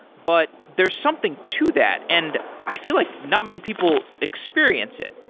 but there's something to that, and i feel like not many people experience it.